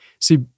see